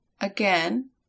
Again